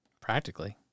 Practically